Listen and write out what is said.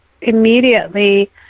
immediately